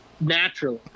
Naturally